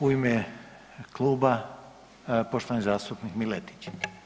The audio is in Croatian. U ime kluba poštovani zastupnik Miletić.